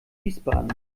wiesbaden